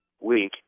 week